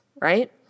right